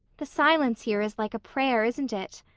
the silence here is like a prayer, isn't it?